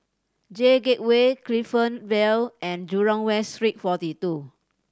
J Gateway Clifton Vale and Jurong West Street Forty Two